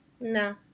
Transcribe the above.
No